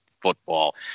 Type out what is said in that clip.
football